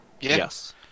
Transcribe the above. Yes